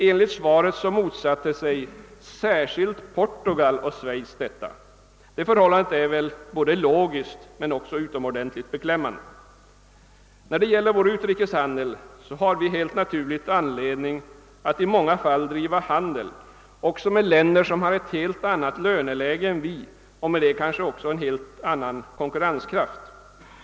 Enligt svaret motsatte sig särskilt Portugal och Schweiz att frågan togs upp. Detta är logiskt men också utomordentligt beklämmeande. Helt naturligt har vi i många fall anledning att driva handel även med länder som har ett helt annat löneläge än vi och därmed kanske också en helt annan konkurrenskraft.